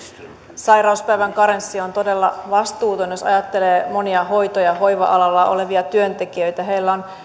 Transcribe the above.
sairauspäivän karenssi on todella vastuuton jos ajattelee monia hoito ja hoiva alalla olevia työntekijöitä heillä on